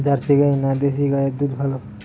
Jersey গাই না দেশী গাইয়ের দুধ ভালো?